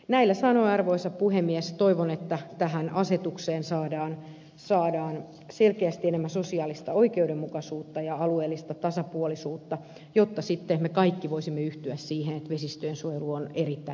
näillä sanoilla arvoisa puhemies toivon että tähän asetukseen saadaan selkeästi enemmän sosiaalista oikeudenmukaisuutta ja alueellista tasapuolisuutta jotta me kaikki sitten voisimme yhtyä siihen että vesistöjensuojelu on erittäin tärkeää